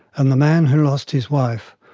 and the man who lost his wife,